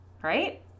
right